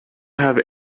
have